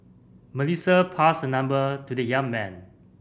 Melissa passed her number to the young man